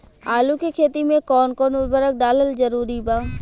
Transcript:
आलू के खेती मे कौन कौन उर्वरक डालल जरूरी बा?